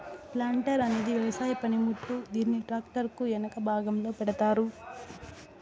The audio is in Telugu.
ప్లాంటార్ అనేది వ్యవసాయ పనిముట్టు, దీనిని ట్రాక్టర్ కు ఎనక భాగంలో పెడతారు